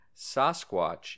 sasquatch